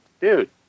Dude